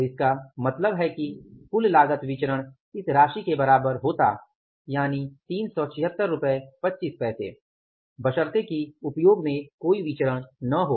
तो इसका मतलब है कि कुल लागत विचरण इस राशि के बराबर होता यानि 37625 बशर्ते कि उपयोग में कोई विचरण न हो